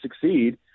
succeed